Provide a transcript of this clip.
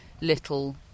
little